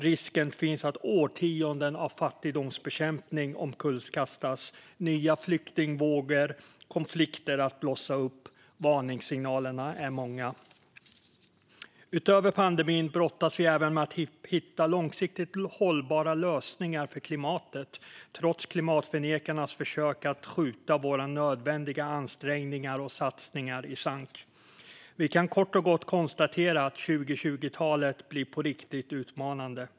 Risken finns att årtionden av fattigdomsbekämpning omkullkastas samt att nya flyktingvågor och konflikter blossar upp. Varningssignalerna är många. Utöver pandemin brottas vi även med att hitta långsiktigt hållbara lösningar för klimatet, trots klimatförnekarnas försök att skjuta våra nödvändiga ansträngningar och satsningar i sank. Vi kan kort och gott konstatera att 2020-talet blir på riktigt utmanande.